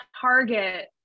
target